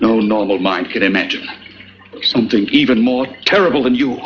s no normal mind can imagine something even more terrible than you